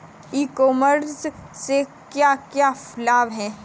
ई commerce से क्या क्या लाभ हैं?